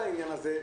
עכשיו,